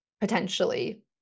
potentially